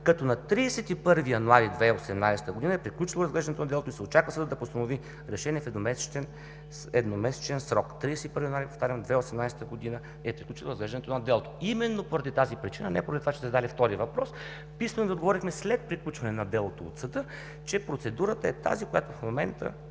като на 31 януари 2018 г. е приключило разглеждането на делото и се очаква съдът да постанови решение в едномесечен срок. Повтарям, на 31 януари 2018 г. е приключило разглеждането на делото. Именно поради тази причина, а не поради това, че сте задали втори въпрос, писмено Ви отговорихме след приключване на делото от съда, че процедурата е тази, която в момента